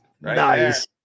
Nice